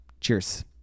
Cheers